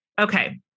Okay